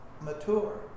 mature